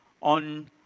on